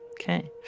Okay